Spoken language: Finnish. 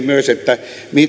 myös siihen